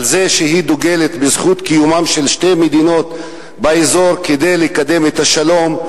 על זה שהיא דוגלת בזכות קיומן של שתי מדינות באזור כדי לקדם את השלום,